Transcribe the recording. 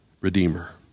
Redeemer